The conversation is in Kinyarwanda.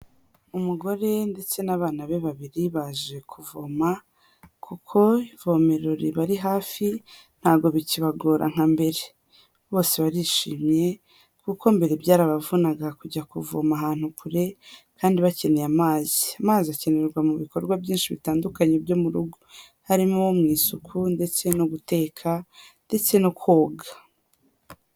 Umugore ndetse n'abana be babiri baje kuvoma kuko ivomero ribari hafi, ntabwo bikibagora nka mbere. Bose barishimye kuko mbere byarabavunaga kujya kuvoma ahantu kure kandi bakeneye amazi. Amazi akenerwa mu bikorwa byinshi bitandukanye byo mu rugo, harimo mu isuku ndetse no guteka ndetse no koga.